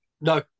No